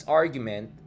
argument